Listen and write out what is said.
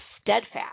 steadfast